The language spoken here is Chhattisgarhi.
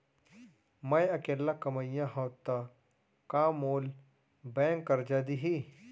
मैं अकेल्ला कमईया हव त का मोल बैंक करजा दिही?